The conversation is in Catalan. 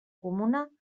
comuna